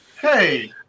Hey